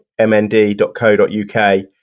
mnd.co.uk